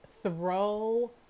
throw